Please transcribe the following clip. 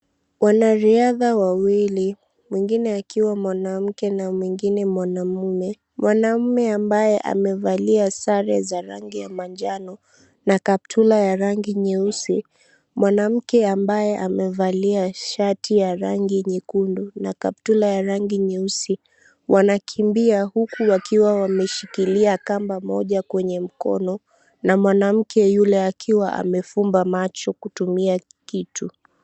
Wanaridha wawili mwingine akiwa mwanamke na mwingine mwanamume. Mwanamume ambaye amevalia sare za rangi ya manjano na kaptula ya rangi nyeusi. Mwanamke ambaye amevalia shati ya rangi nyekundu na kaptula ya rangi nyeusi, wanakimbia huku wakiwa wameshikilia kamba moja kwenye mkono na mwanamke yule akiwa amefumba macho kutumia kitu.